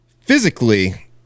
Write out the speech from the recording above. Physically